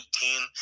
team